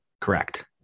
Correct